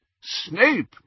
Snape